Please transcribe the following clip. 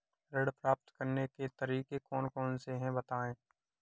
ऋण प्राप्त करने के तरीके कौन कौन से हैं बताएँ?